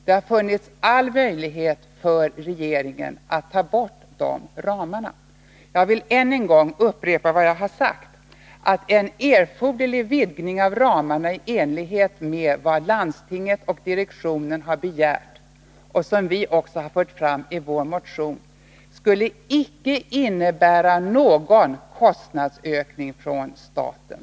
Det har funnits alla möjligheter för regeringen att ta bort dessa ramar. Jag vill än en gång upprepa vad jag har sagt, nämligen att en erforderlig vidgning av ramarna i enlighet med vad Uppsala läns landsting och dess direktion har begärt och som vi också har fört fram i vår motion, icke skulle innebära en kostnadsökning för staten.